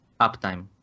uptime